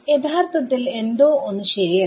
യഥാർത്ഥത്തിൽ എന്തോ ഒന്ന് ശരിയല്ല